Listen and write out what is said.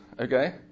okay